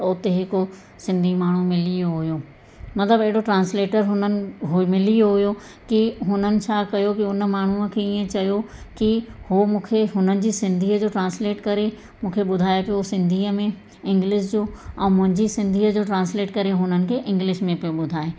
त उते हिकु सिंधी माण्हू मिली वियो हुओ मतिलबु एॾो ट्रांसलेटर हुननि उहो मिली वियो हुओ की हुननि छा कयो की हुन माण्हूअ खे ईअं चयो की उहो मूंखे हुननि जी सिंधीअ जो ट्रांसलेट करे मूंखे ॿुधाए पियो सिंधीअ में इंग्लिश जो ऐं मुंहिंजी सिंधीअ जो ट्रांसलेट करे हुननि खे इंग्लिश में पियो ॿुधाए